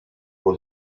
for